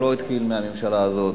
הוא לא התחיל מהממשלה הזאת,